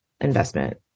investment